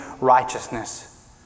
righteousness